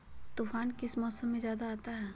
तूफ़ान किस मौसम में ज्यादा आता है?